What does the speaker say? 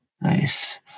Nice